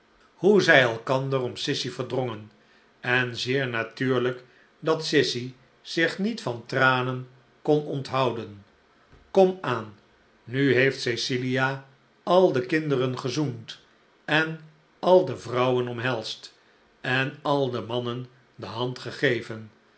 hoe zij elkander om sissy verdrongen en zeer natuurlijk dat sissy zich niet van tranen kon onthouden komaan nu heeft cecilia al de kinderen gezoend en al de vrouwen omhelsd en al de mannen de hand gegeven